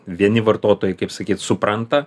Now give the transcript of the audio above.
vieni vartotojai kaip sakyt supranta